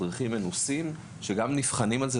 מדריכים מנוסים שגם נבחנים על זה.